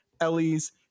Ellie's